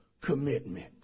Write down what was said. commitment